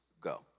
Go